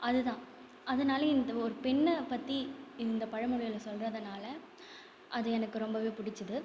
அதுதான் அதனாலையே இந்த ஒரு பெண்ணை பற்றி இந்த பழமொழியில் சொல்வதுனால அது எனக்கு ரொம்பவே பிடிச்சுது